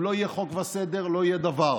אם לא יהיה חוק וסדר, לא יהיה דבר.